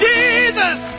Jesus